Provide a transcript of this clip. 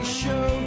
show